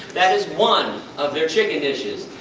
that is one of their chicken dishes.